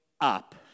up